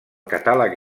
catàleg